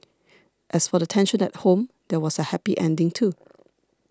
as for the tension at home there was a happy ending too